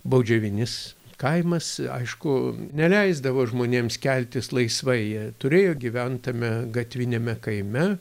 baudžiavinis kaimas aišku neleisdavo žmonėms keltis laisvai jie turėjo gyvent tame gatviniame kaime